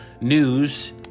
news